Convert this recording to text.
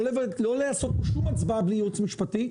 לא לעשות כאן שום הצבעה בלי ייעוץ משפטי.